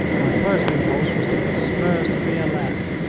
my first impulse was to put spurs to violette.